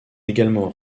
également